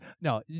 no